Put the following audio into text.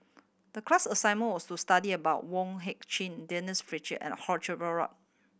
the class assignment was to study about Wong Heck Chew Denise Fletcher and Run Run